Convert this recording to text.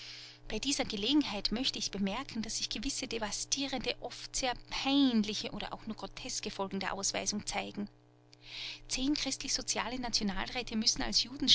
bei dieser gelegenheit möchte ich bemerken daß sich gewisse devastierende oft sehr peinliche oder auch nur groteske folgen der ausweisung zeigen zehn christlichsoziale nationalräte müssen als